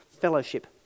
fellowship